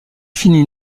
finit